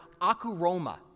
akuroma